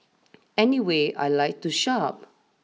anyway I like to shop